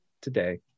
today